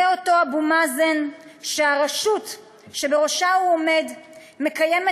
זה אותו אבו מאזן שהרשות שבראשה הוא עומד מקיימת